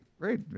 great